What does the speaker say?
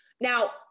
Now